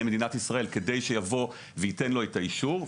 מדינת ישראל כדי שיבוא וייתן לו את האישור.